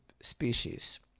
species